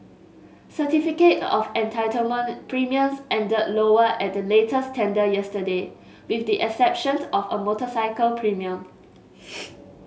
certificate of entitlement premiums ended lower at the latest tender yesterday with the exception of the motorcycle premium